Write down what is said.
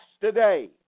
today